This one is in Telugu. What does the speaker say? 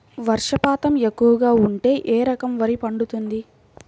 వర్షపాతం ఎక్కువగా ఉంటే ఏ రకం వరి పండుతుంది?